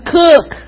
cook